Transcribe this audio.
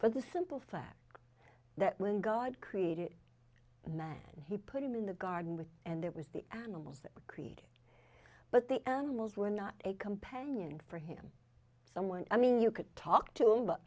for the simple fact that when god created man he put him in a garden and it was the animals that created but the animals were not a companion for him someone i mean you could talk to